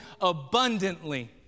abundantly